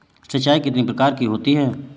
सिंचाई कितनी प्रकार की होती हैं?